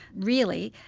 really,